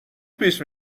پیش